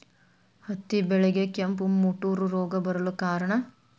ಹತ್ತಿ ಬೆಳೆಗೆ ಕೆಂಪು ಮುಟೂರು ರೋಗ ಬರಲು ಕಾರಣ?